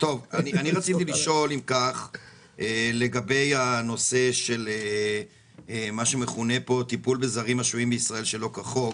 רציתי לשאול לגבי מה שמכונה פה טיפול בזרים השוהים בישראל שלא כחוק